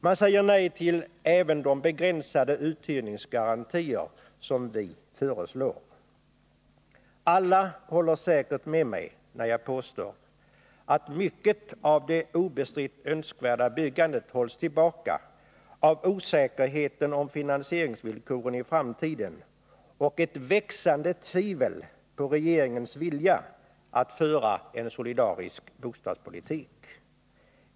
Man säger nej även till de begränsade uthyrningsgarantier som vi föreslår. Alla håller säkert med mig när jag påstår att mycket av det obestritt önskvärda byggandet hålls tillbaka av osäkerhet om finansieringsvillkoren i framtiden och ett växande tvivel på regeringens vilja att föra en solidarisk bostadspolitik.